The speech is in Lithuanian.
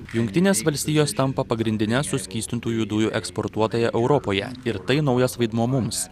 jungtinės valstijos tampa pagrindine suskystintųjų dujų eksportuotoja europoje ir tai naujas vaidmuo mums